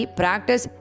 practice